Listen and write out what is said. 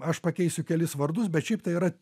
aš pakeisiu kelis vardus bet šiaip tai yra